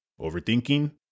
Overthinking